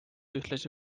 ühtlasi